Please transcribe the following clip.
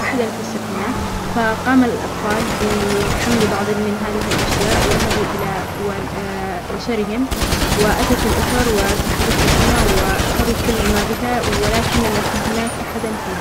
أحد الصيادين ليفتح بابها، سمعوا صوتًا غامضًا ينبعث من الداخل.